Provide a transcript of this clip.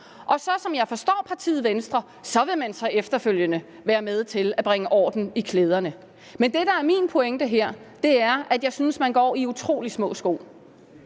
Og som jeg forstår partiet Venstre, vil man så efterfølgende være med til at bringe orden i klæderne. Men det, der er min pointe her, er, at jeg synes, man går i utrolig små sko.